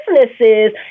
businesses